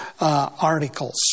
articles